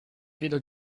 weder